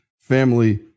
family